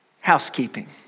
housekeeping